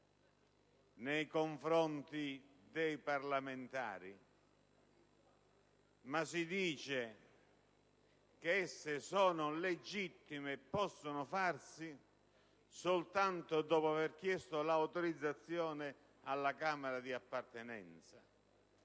nei confronti dei parlamentari, ma si dice che esse sono legittime e possono essere fatte soltanto dopo aver chiesto l'autorizzazione alla Camera di appartenenza.